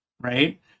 Right